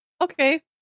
Okay